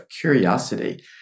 curiosity